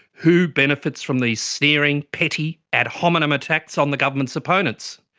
who benefits from these sneering, petty ad hominem attacks on the government's opponents?